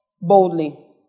Boldly